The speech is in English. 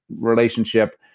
relationship